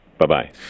Bye-bye